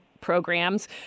programs